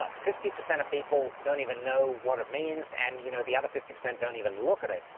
ah fifty percent of people don't even know what it means and you know the other fifty percent don't even look at it,